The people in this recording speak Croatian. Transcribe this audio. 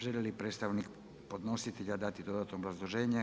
Želi li predstavnik podnositelja dati dodatno obrazloženje?